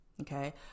Okay